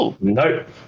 Nope